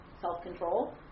self-control